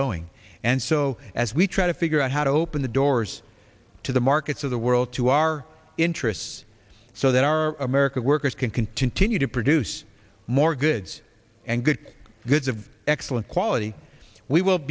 going and so as we try to figure out how to open the doors to the markets of the world to our interests so that our american workers can continue to produce more goods and good goods of excellent quality we will